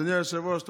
אדוני היושב-ראש,